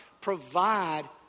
provide